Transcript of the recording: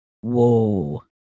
whoa